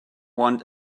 want